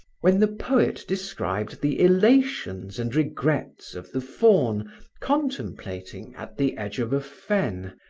when the poet described the elations and regrets of the faun contemplating, at the edge of a fen,